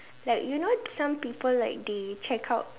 like you know some people like they check out